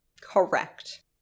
Correct